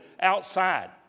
outside